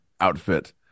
outfit